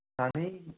सानै